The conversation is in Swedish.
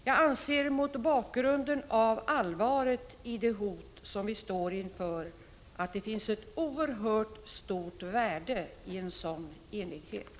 Jag anser, mot bakgrunden av allvaret i det hot vi står inför, att det finns ett oerhört stort värde i en sådan enighet.